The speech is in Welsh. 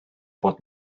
bod